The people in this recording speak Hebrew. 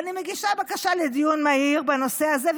ואני מגישה בקשה לדיון מהיר בנושא הזה,